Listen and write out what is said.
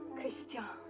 christian!